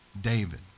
David